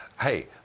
hey